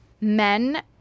men